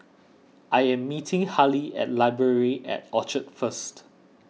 I am meeting Hali at Library at Orchard first